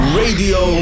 radio